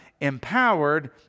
empowered